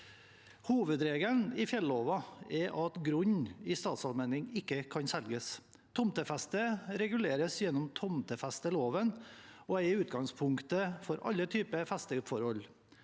Hovedregelen i fjellova er at grunn i statsallmenning ikke kan selges. Tomtefeste reguleres gjennom tomtefesteloven og er utgangspunkt for alle typer festeforhold.